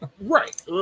Right